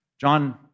John